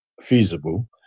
feasible